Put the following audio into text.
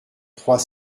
trois